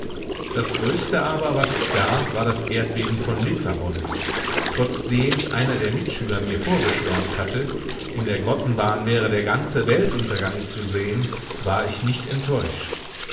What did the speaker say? das größte aber was es gab war das erdbeben von lissabon trotzdem einer der mitschüler mir vorgeschwärmt hatte in der grottenbahn wäre der ganze weltuntergang zu sehn war ich nicht enttäuscht